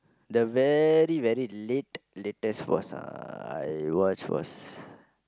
the very very late latest was uh I watch was